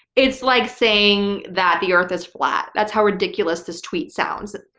it's like saying that the earth is flat. that's how ridiculous this tweet sounds.